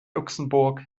luxemburg